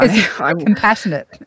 Compassionate